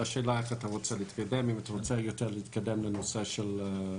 אבל השאלה איך אתה רוצה להתקדם אתה רוצה להתקדם לנושא התחזיות?